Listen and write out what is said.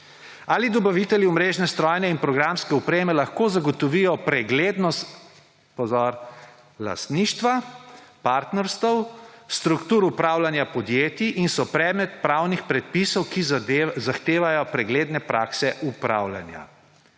Ali dobavitelji omrežne, strojne in programske opreme lahko zagotovijo preglednost ‒ pozor! ‒ lastništva, partnerstev, struktur upravljanja podjetij in so predmet pravnih predpisov, ki zahtevajo pregledne prakse upravljanja.